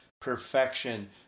perfection